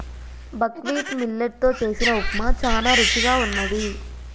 buckwheat millet తో చేసిన ఉప్మా చానా రుచిగా వున్నది